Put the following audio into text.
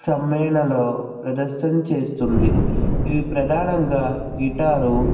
సమ్మేళలో ప్రదర్శన చేస్తుంది ఈ ప్రధానంగా గిటారు